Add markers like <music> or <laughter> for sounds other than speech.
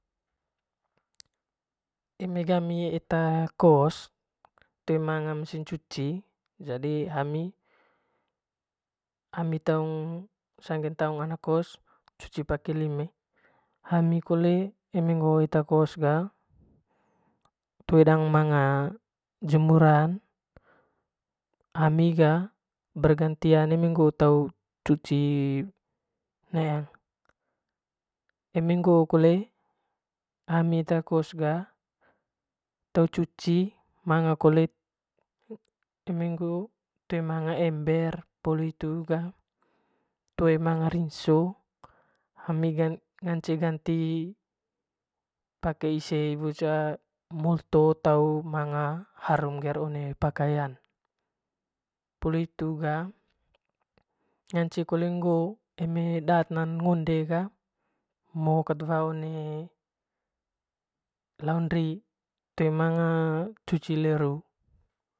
Eme gami eta kos toe manga mesin cuci jadi <unintelligible> mi sange taung anak kos cuci pake lime hami kole eme ngoo eta kos ga toe dangan manga jemuran hami ga bergantian eme ngoo tau cuci <unintelligible> eme ngoo kole ami eta kos ga te cuci manga kole eme ngoo manga ember poli hitu ga toe manga rinso hami ga ngance ganti pake <unintelligible> iwo ce molto taung manga harum nger one pakayan poli hitu ga ngance kole ngoo eme daatn e ngonde ga <unintelligible> kat wa one laondri toe manga cuci le ru.